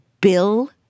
Bill